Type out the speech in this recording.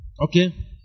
Okay